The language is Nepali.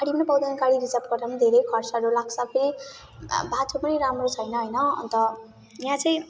गाडी नपाउँदा गाडी रिजर्भ गर्दा पनि धेरै खर्चहरू लाग्छ फेरि बाटो पनि राम्रो छैन होइन अन्त यहाँ चाहिँ